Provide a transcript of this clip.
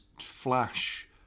flash